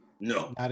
no